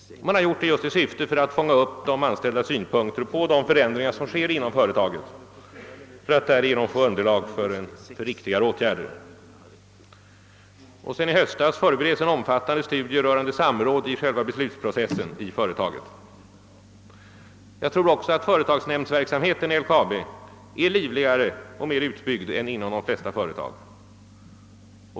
Man har gjort det just i syfte att fånga upp de anställdas synpunkter på de förändringar som äger rum inom företaget, för att därigenom få underlag för riktigare åtgärder. Sedan i höstas bedrivs omfattande studier rörande samråd i själva beslutsprocessen i företaget. Jag tror också att företagsnämndsverksamheten i LKAB är livligare och mer utbyggd än inom de flesta företag.